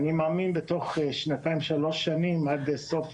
אני מאמין שבתוך שנתיים-שלוש שנים עד סוף